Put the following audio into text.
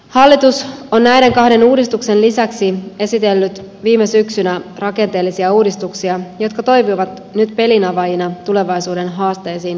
hallitus on näiden kahden uudistuksen lisäksi esitellyt viime syksynä rakenteellisia uudistuksia jotka toimivat nyt pelin avaajina tulevaisuuden haasteisiin vastaamisessa